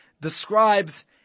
describes